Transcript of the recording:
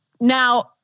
Now